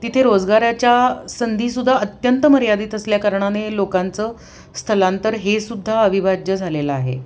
तिथे रोजगाराच्या संधी सुद्धा अत्यंत मर्यादित असल्याकारणाने लोकांचं स्थलांतर हे सुद्धा अविभाज्य झालेलं आहे